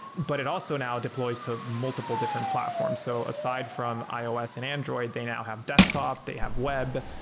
but it also now deploys to multiple different platforms. so aside from ios and android, they now have desktop, they have web.